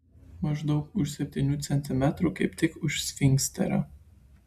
maždaug už septynių centimetrų kaip tik už sfinkterio